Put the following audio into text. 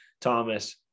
Thomas